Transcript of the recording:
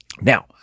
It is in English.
now